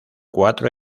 cuatro